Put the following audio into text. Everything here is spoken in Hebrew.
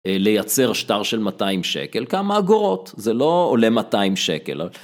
לייצר שטר של 200 שקל, כמה אגורות, זה לא עולה 200 שקל.